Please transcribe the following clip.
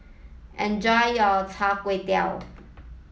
enjoy your Chai Tow Kuay